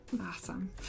Awesome